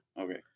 Okay